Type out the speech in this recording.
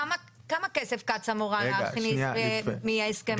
כמה כסף קצא"א אמורה להכניס מההסכם הזה?